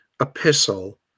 epistle